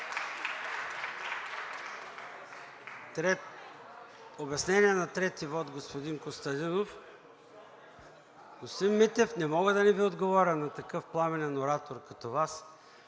Обяснение на трети вот – господин Костадинов. Господин Митев, не мога да не Ви отговоря – на такъв пламенен оратор като Вас.